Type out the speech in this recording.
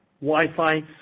Wi-Fi